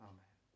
Amen